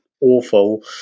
awful